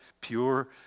pure